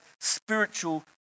spiritual